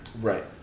Right